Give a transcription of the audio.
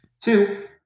Two